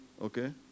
okay